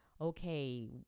okay